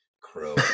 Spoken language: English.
crow